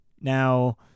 Now